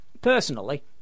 Personally